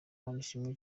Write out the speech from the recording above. manishimwe